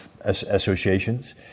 associations